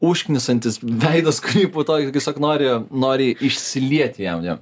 užknisantis veidas kaip to irgi siog nori nori išsilieti jam jo